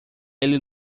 ele